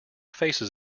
faces